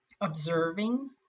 observing